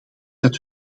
dat